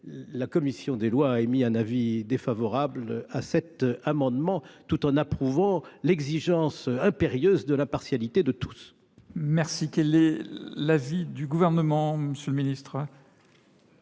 la commission des lois a émis un avis défavorable sur cet amendement, tout en approuvant l’exigence impérieuse de l’impartialité de tous. Quel est l’avis du Gouvernement ? Il est